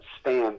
stand